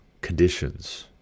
conditions